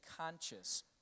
conscious